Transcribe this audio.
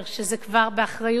שזה כבר באחריותו,